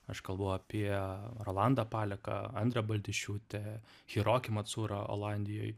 aš kalbu apie rolandą paleką andrę baltišiūtę chirokimą cūrą olandijoj